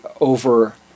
over